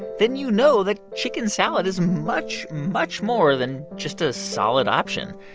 then you know that chicken salad is much, much, more than just a solid option.